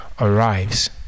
arrives